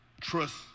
trust